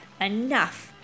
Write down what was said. enough